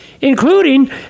including